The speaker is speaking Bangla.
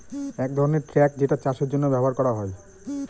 এক ধরনের ট্রাক যেটা চাষের জন্য ব্যবহার করা হয়